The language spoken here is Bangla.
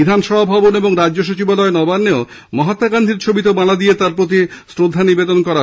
বিধানসভা ও রাজ্যসচিবালয় নবান্নেও মহাত্মা গান্ধীর ছবিতে মালা দিয়ে তাঁর প্রতি শ্রদ্ধা নিবেদন করা হয়